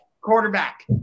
Quarterback